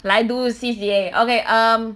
来 do C_C_A okay um